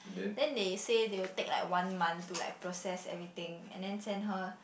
then they say they will take like one month to like process everything and then send her